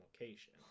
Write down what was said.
location